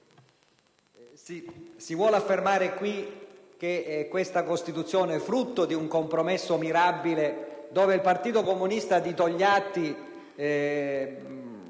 Si vuole affermare qui che questa Costituzione, frutto di un compromesso mirabile in cui il Partito Comunista di Togliatti